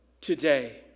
today